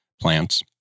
plants